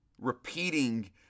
repeating